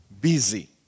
busy